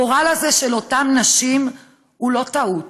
הגורל הזה של אותן נשים הוא לא טעות,